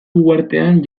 uhartean